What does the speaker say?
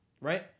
right